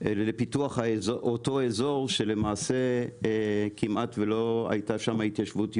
לפיתוח אותו אזור שלמעשה כמעט ולא הייתה שם התיישבות יהודית,